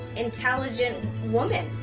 intelligent woman,